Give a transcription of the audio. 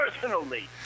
personally